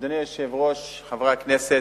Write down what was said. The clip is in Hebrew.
אדוני היושב-ראש, חברי הכנסת,